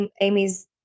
Amy's